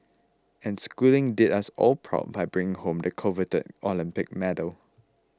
and Schooling did us all proud by bringing home the coveted Olympic medal